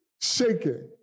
shaking